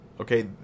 Okay